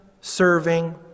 serving